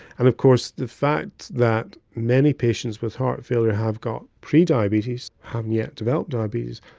and of course the fact that many patients with heart failure have got prediabetes, haven't yet developed diabetes,